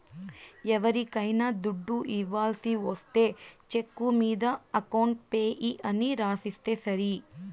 ఎవరికైనా దుడ్డు ఇవ్వాల్సి ఒస్తే చెక్కు మీద అకౌంట్ పేయీ అని రాసిస్తే సరి